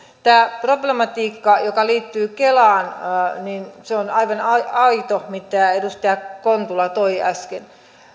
tämä problematiikka joka liittyy kelaan on aivan aito niin kuin edustaja kontula toi esille äsken